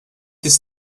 this